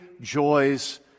joys